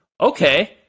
Okay